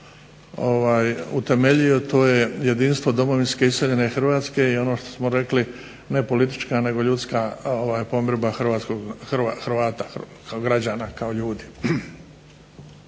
utemeljio, to je jedinstvo domovinske iseljene Hrvatske i ono što smo rekli ne politička, nego ljudska pomirba Hrvata kao građana, kao ljudi.